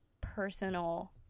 personal